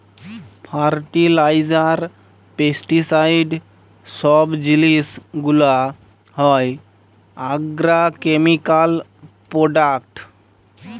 fertiliser, pesticide সব জিলিস গুলা হ্যয় আগ্রকেমিকাল প্রোডাক্ট